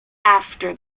after